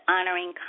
Honoring